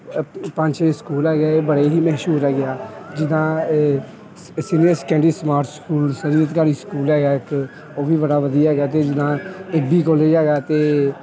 ਪੰਜ ਛੇ ਸਕੂਲ ਹੈਗੇ ਇਹ ਬੜੇ ਹੀ ਮਸ਼ਹੂਰ ਹੈਗੇ ਆ ਜਿੱਦਾਂ ਸ senior secondary smart school school ਹੈਗਾ ਇੱਥੇ ਉਹ ਵੀ ਬੜਾ ਵਧੀਆ ਹੈਗਾ ਅਤੇ ਜਿੱਦਾਂ ਏ ਬੀ ਕੋਲੇਜ ਹੈਗਾ ਅਤੇ